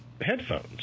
headphones